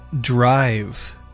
drive